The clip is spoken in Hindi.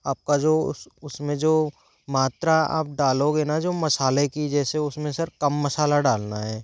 आप का जो उस में जो मात्रा आप डालोगे ना जो मसाले की जैसे उस में सर कम मसाला डालना है